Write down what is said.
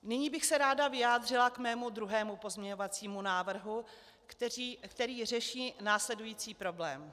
Nyní bych se ráda vyjádřila k svému druhému pozměňovacímu návrhu, který řeší následující problém.